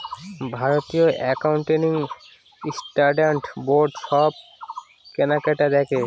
ভারতীয় accounting standard board সব কেনাকাটি দেখে